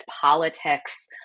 politics